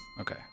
Okay